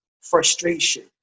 frustration